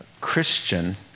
Christian